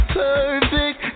perfect